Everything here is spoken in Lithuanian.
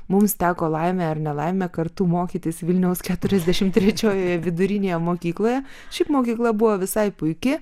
mums teko laimė ar nelaimė kartu mokytis vilniaus keturiasdešimt trečiojoje vidurinėje mokykloje šiaip mokykla buvo visai puiki